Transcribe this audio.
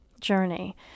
journey